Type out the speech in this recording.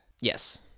Yes